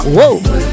Whoa